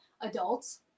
adults